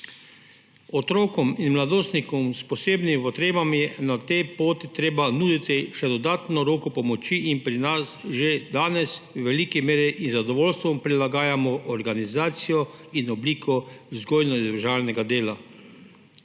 Otrokom in mladostnikom s posebnimi potrebami je na tej poti treba nuditi še dodatno roko pomoči in pri nas že danes v veliki meri in zadovoljstvom prilagajamo organizacijo in obliko vzgojno-izobraževalnega dela.